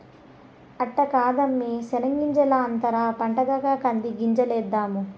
అట్ట కాదమ్మీ శెనగ్గింజల అంతర పంటగా కంది గింజలేద్దాము